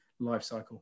lifecycle